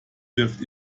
wirft